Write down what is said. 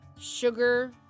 sugar